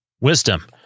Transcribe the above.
wisdom